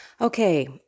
Okay